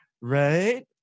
right